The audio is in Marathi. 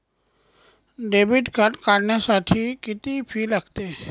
डेबिट कार्ड काढण्यासाठी किती फी लागते?